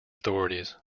authorities